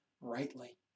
rightly